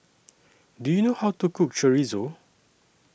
Do YOU know How to Cook Chorizo